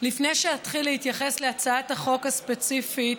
לפני שאתחיל להתייחס להצעת החוק הספציפית,